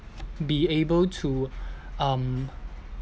be able to um